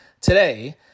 today